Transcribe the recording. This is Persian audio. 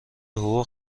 حقوق